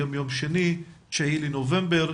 היום יום שניה ה-9 לנובמבר,